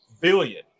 billion